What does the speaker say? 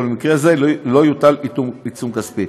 אבל במקרה זה לא יוטל עיצום כספי.